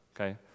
okay